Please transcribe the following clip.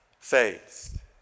faith